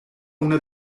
una